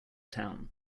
town